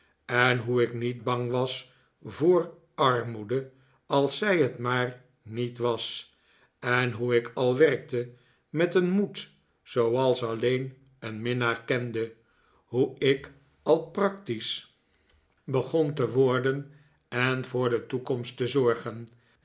en hoe ik niet bang was voor armoede als zij het maar niet was en hoe ik al werkte met een moed zooals alleen een minnaar kende hoe ik al practisch begon te worden en voor de toekomst te zorgen